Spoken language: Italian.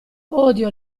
odio